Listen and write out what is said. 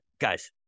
guys